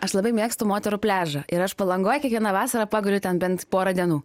aš labai mėgstu moterų pliažą ir aš palangoj kiekvieną vasarą paguliu ten bent porą dienų